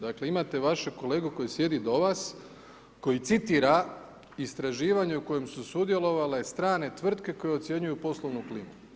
Dakle, imate vašega kolegu koji sjedi do vas, koji citira istraživanje u kojem su sudjelovale strane tvrtke koje ucjenjuju poslovnu klimu.